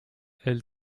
elle